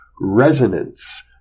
Resonance